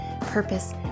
purpose